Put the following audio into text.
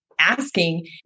Asking